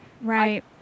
Right